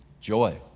joy